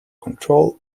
control